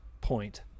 point